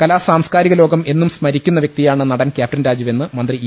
കലാ സാംസ്കാരിക ലോകം എന്നും സ്മരിക്കുന്ന വൃക്തി യാണ് നടൻ ക്യാപ്റ്റൻ രാജുവെന്ന് മന്ത്രി ഇ